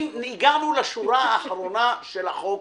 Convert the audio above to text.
אם הגענו לשורה האחרונה של החוק,